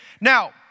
Now